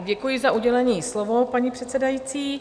Děkuji za udělené slovo, paní předsedající.